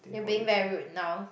you're being very rude now